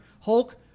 Hulk